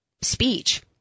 speech